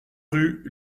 rue